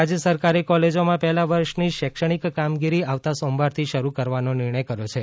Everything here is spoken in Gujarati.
ક ચછ રાજ્ય સરકારે કોલેજોમાં પહેલા વર્ષની શૈક્ષણિક કામગીરી આવતા સોમવારથી શરૂ કરવાનો નિર્ણય કર્યો છે